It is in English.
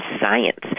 science